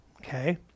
Okay